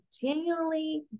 genuinely